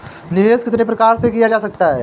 निवेश कितनी प्रकार से किया जा सकता है?